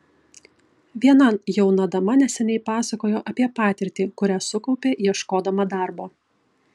viena jauna dama neseniai pasakojo apie patirtį kurią sukaupė ieškodama darbo